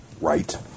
Right